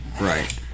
Right